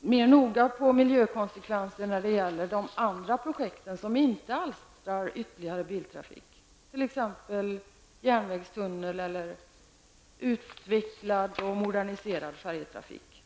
mera noga titta på miljökonsekvenserna av andra projekt som inte alstrar ytterligare biltrafik, t.ex. järnvägstunnel samt utvecklad och moderniserad färjetrafik.